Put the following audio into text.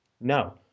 no